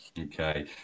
Okay